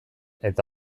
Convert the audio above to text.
eta